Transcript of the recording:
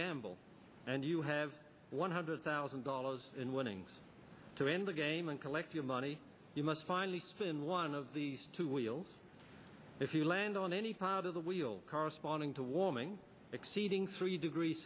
gamble and you have one hundred thousand dollars in winnings to end the game and collect your money you must finally spend one of the two wheels if you land on any part of the wheel corresponding to warming exceeding three degrees